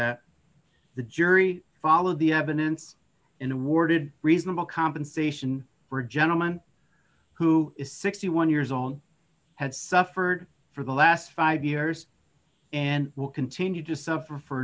that the jury followed the evidence in awarded reasonable compensation for a gentleman who is sixty one years old had suffered for the last five years and will continue to suffer for